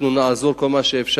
אנחנו נעזור בכל מה שאפשר.